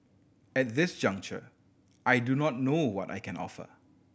at this juncture I do not know what I can offer